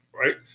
Right